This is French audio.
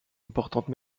importante